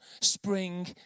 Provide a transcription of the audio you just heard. spring